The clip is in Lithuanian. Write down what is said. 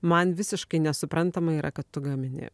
man visiškai nesuprantama yra kad tu gamini